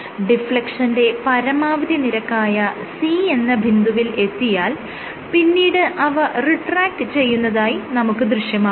ഡിഫ്ലെക്ഷന്റെ പരമാവധി നിരക്കായ C എന്ന ബിന്ദുവിൽ എത്തിയാൽ പിന്നീട് അവ റിട്രാക്ട് ചെയ്യുന്നതായി നമുക്ക് ദൃശ്യമാകുന്നു